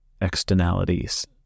externalities